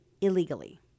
illegally